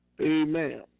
Amen